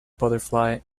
butterfly